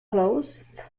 closed